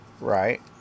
Right